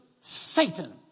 Satan